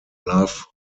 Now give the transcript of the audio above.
love